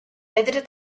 pedra